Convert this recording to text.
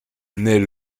naît